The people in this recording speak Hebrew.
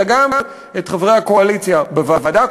אלא גם את חברי הקואליציה בוועדה,